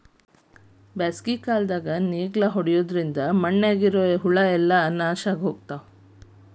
ಬ್ಯಾಸಿಗ್ಯಾಗ ನೇಗ್ಲಾ ಹೊಡಿದ್ರಿಂದ ಮಣ್ಣಿನ್ಯಾಗ ಇರು ಹುಳಗಳು ನಾಶ ಅಕ್ಕಾವ್